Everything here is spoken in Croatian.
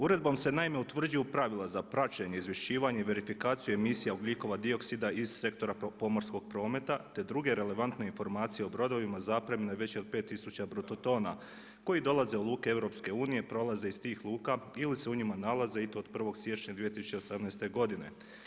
Uredbom se naime utvrđuju pravila za praćenje, izvješćivanje i verifikaciju emisija ugljikova dioksida iz sektora pomorskog prometa te druge relevantne informacije o brodovima zapremnine veće od pet tisuća bruto tona koji dolaze u luke EU, prolaze iz tih luka ili se u njima nalaze i to od 1. siječnja 2018. godine.